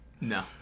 No